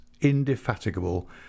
indefatigable